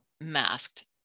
masked